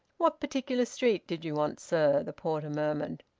what particular street did you want, sir? the porter murmured.